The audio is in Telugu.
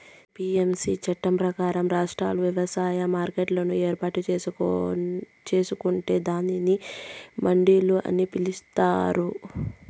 ఎ.పి.ఎమ్.సి చట్టం ప్రకారం, రాష్ట్రాలు వ్యవసాయ మార్కెట్లను ఏర్పాటు చేసుకొంటే దానిని మండిలు అని పిలుత్తారు